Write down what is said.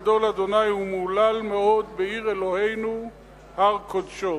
גדול ה' ומהלל מאד בעיר אלהינו הר קדשו.